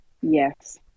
yes